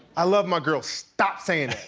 i love my girls. stop stayin'